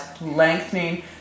lengthening